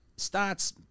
starts